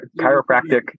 chiropractic